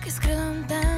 kai skrenda